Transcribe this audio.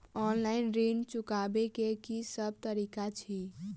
Online ऋण चुकाबै केँ की सब तरीका अछि?